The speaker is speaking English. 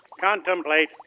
Contemplate